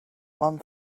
one